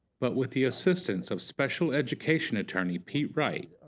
but with the assistance of special education attorney pete wright,